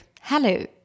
Hello